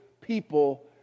people